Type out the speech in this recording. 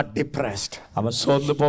depressed